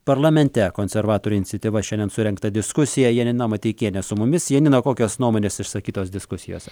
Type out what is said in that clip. parlamente konservatorių iniciatyva šiandien surengta diskusija janina mateikienė su mumis janina kokios nuomonės išsakytos diskusijose